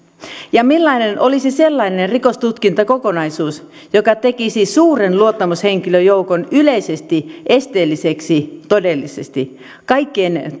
ja millainen olisi sellainen rikostutkintakokonaisuus joka tekisi suuren luottamushenkilöjoukon todellisesti yleisesti esteelliseksi kaikkien